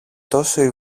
τόσο